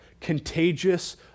contagious